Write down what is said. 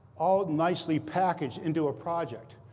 all nicely packaged into a project.